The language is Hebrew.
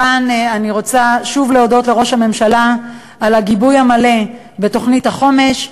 כאן אני רוצה שוב להודות לראש הממשלה על הגיבוי המלא לתוכנית החומש.